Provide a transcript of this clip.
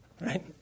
right